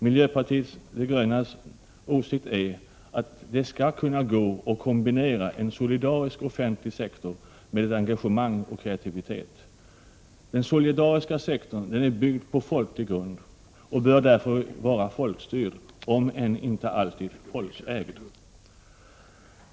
Miljöpartiet de grönas åsikt är att det skall kunna gå att kombinera en solidarisk offentlig sektor med engagemang och kreativitet. Den solidariska sektorn är byggd på folklig grund och bör därför vara folkstyrd om än inte alltid folkägd.